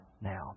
now